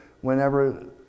whenever